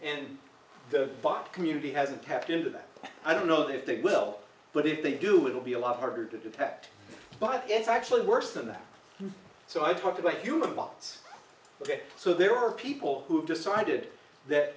and the bot community hasn't tapped into that i don't know if they will but if they do it will be a lot harder to detect but it's actually worse than that so i talked about human bots ok so there are people who have decided that